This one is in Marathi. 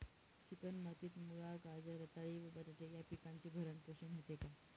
चिकण मातीत मुळा, गाजर, रताळी व बटाटे या पिकांचे भरण पोषण होते का?